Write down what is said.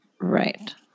Right